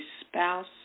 spouse